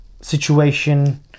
situation